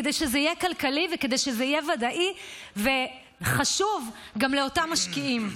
כדי שזה יהיה כלכלי וכדי שזה יהיה ודאי וחשוב גם לאותם משקיעים.